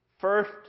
first